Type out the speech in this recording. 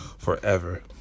forever